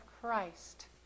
Christ